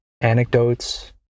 anecdotes